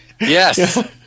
Yes